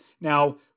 Now